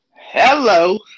Hello